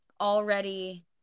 already